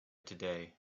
today